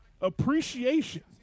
appreciation